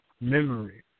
memory